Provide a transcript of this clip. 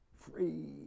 Free